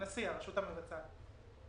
הרשות המבצעת.